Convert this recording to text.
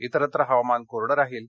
इतरत्र हवामान कोरड राहील